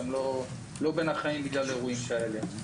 יש כאלה שהם לא בין החיים בגלל אירועים כאלה.